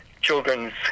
children's